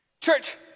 Church